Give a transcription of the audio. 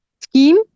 scheme